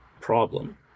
problem